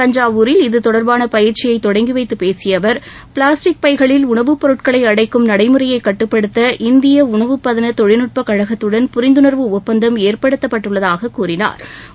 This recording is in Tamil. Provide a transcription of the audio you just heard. தஞ்சாவூரில் இது தொடர்பான பயிற்சியை தொடங்கிய வைத்து பேசிய அவர் பிளாஸ்டிக் பைகளில் உணவுப் பொருட்களை அடைக்கும் நடைமுறையை கட்டுப்படுத்த இந்திய உணவுப்பதள தொழில்நுட்ப கழகத்துடன் புரிந்துணா்வு ஒப்பந்தம் ஏற்படுத்தப்பட்டுள்ளதாக கூறினாா்